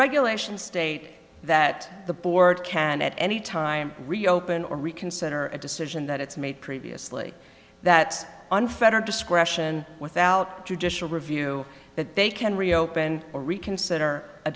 regulations state that the board can at any time reopen or reconsider a decision that it's made previously that unfettered discretion without judicial review that they can reopen or reconsider a